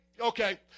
okay